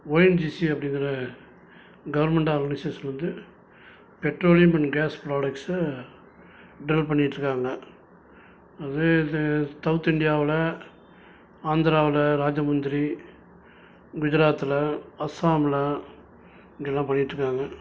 ONGC அப்படிங்கற government ஆர்கனசேஷன்லருந்து petroleum and gas ப்ராடக்ட்ஸை டெவெலப் பண்ணிக்கிட்டு இருக்காங்க அதே இது சவுத்இந்தியாவில் ஆந்த்ராவில் ராஜமுந்துரி குஜராத்தில் அசாமில் இங்கெல்லாம் பண்ணிட்டுருக்காங்க